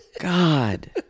god